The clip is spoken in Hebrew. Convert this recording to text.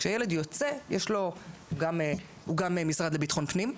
כשילד יוצא - הוא גם משרד לביטחון פנים.